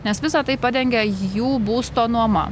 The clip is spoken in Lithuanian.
nes visa tai padengia jų būsto nuoma